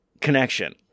connection